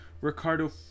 Ricardo